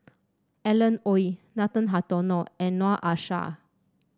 Alan Oei Nathan Hartono and Noor Aishah